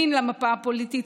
בימין המפה הפוליטית,